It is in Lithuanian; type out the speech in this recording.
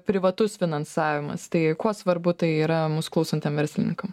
privatus finansavimas tai kuo svarbu tai yra mus klausantiem verslininkam